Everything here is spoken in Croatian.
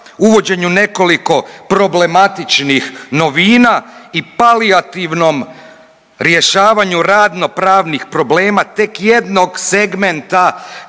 uvođenju nekoliko problematičnih novina i palijativnom rješavanju radno pravnih problema tek jednog segmenta